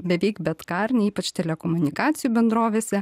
beveik bet ką ar ne ypač telekomunikacijų bendrovėse